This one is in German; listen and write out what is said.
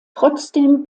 trotzdem